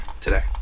today